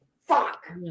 fuck